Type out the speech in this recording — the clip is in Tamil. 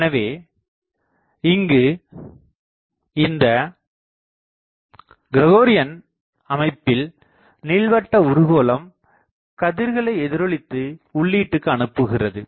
எனவே இங்கு இந்த கிரகோரியன் அமைப்பில் நீள்வட்ட உருகோளம் கதிர்களை எதிரொளித்து உள்ளீட்டுக்கு அனுப்புகிறது